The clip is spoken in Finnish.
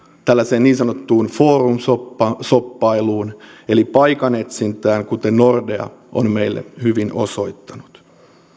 tällaiseen niin sanottuun forum shoppailuun shoppailuun eli paikanetsintään kuten nordea on meille hyvin osoittanut